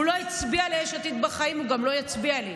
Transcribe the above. הוא לא הצביע ליש עתיד בחיים, הוא גם לא יצביע לי.